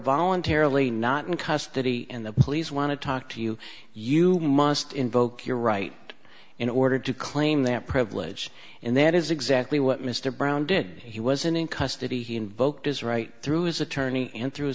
voluntarily not in custody and the police want to talk to you you must invoke your right in order to claim that privilege and that is exactly what mr brown did he was in in custody he invoked his right through his attorney and through